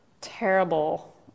terrible